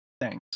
thanks